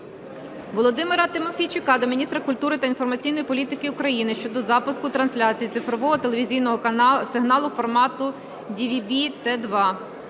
Володимира Тимофійчука до міністра культури та інформаційної політики України щодо запуску трансляції цифрового телевізійного сигналу формату DVB-T2.